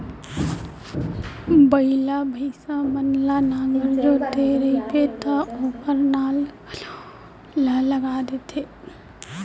बइला, भईंसा मन ल नांगर जोतत रइबे त ओकर नाल घलौ ल लाग देथे